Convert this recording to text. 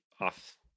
off